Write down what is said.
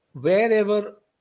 Wherever